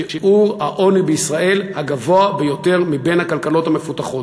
שיעור העוני בישראל הוא הגבוה ביותר מבין הכלכלות המפותחות.